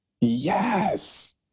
Yes